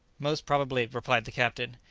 most probably, replied the captain,